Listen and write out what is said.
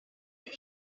here